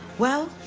well,